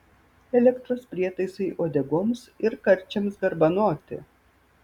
elektros prietaisai uodegoms ir karčiams garbanoti